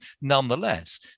nonetheless